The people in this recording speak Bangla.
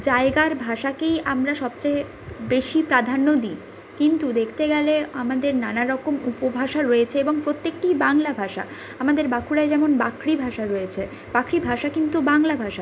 জায়গার ভাষাকেই আমরা সবচেয়ে বেশি প্রাধান্য দিই কিন্তু দেখতে গেলে আমাদের নানা রকম উপভাষা রয়েছে এবং প্রত্যেকটিই বাংলা ভাষা আমাদের বাঁকুড়ায় যেমন বাঁকড়ি ভাষা রয়েছে বাঁকড়ি ভাষা কিন্তু বাংলা ভাষা